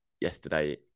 yesterday